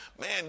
man